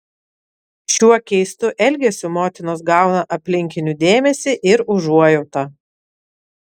šiuo keistu elgesiu motinos gauna aplinkinių dėmesį ir užuojautą